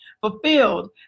fulfilled